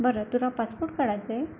बरं तुला पासपोर्ट काढायचा आहे